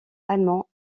allemands